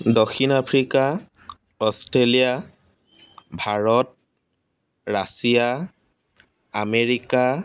Dakshin Africa Australia Bharat Russia America